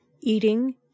eating